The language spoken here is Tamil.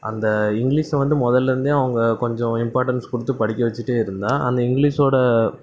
அந்த இங்கிலிஷ் வந்து முதலருந்தே அவங்க கொஞ்சம் இம்பார்ட்டன்ஸ் கொடுத்து படிக்க வச்சுக்கிட்டே இருந்தால் அந்த இங்கிலிஸோட